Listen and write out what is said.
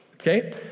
Okay